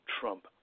Trump